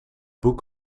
boek